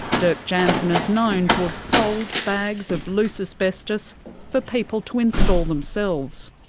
dirk jansen is known to have sold bags of loose asbestos for people to install themselves.